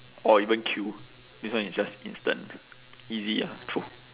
or even queue this one is just instant easy ah true